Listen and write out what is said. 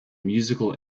musical